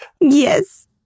Yes